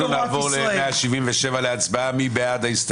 אנחנו נעבור להצביע על הסתייגות מספר 177. מי בעד?